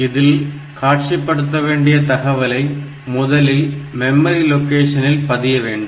இதில் காட்சிப்படுத்த வேண்டிய தகவலை முதலில் மெமரி லொகேஷனில் பதிய வேண்டும்